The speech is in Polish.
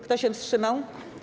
Kto się wstrzymał?